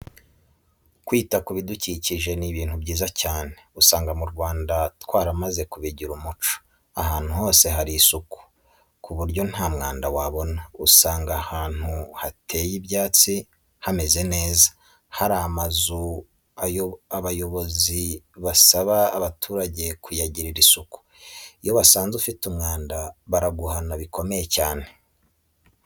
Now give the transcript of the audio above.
Kwita ku bidukikije ni ibintu byiza cyane, usanga mu Rwanda twaramaze kubigira umuco ahantu hose hari isuku, ku buryo nta mwanda wabona, usanga ahantu hateye ibyatsi hameze neza, ahari amazu abayobozi basaba abaturage kuyagirira isuku. Iyo basanze ufite umwanda baraguhana bikomeye cyane.